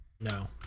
no